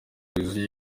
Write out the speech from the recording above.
yuzuye